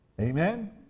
Amen